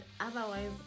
otherwise